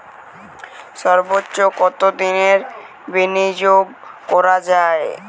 সর্বোচ্চ কতোদিনের বিনিয়োগ করা যায়?